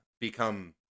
become